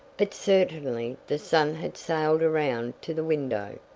but certainly the sun had sailed around to the window,